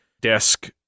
desk